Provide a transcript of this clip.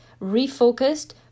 refocused